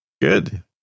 Good